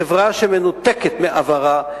חברה שמנותקת מעברה,